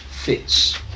fits